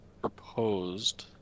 proposed